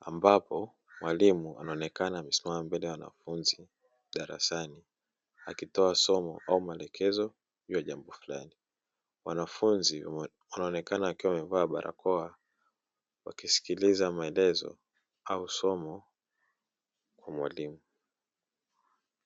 ambapo mwalimu anaonekana akisimama mbele ya wanafunzi darasani, akitoa somo au maelekezo juu ya jambo fulani. Wanafunzi wanaonekana wakiwa wamevaa barakoa wakisikiliza maelezo au somo kwa mwalimu.